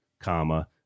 comma